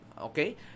okay